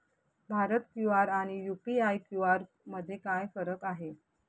Bharat QR आणि UPI QR मध्ये काय फरक आहे?